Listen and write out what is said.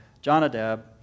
Jonadab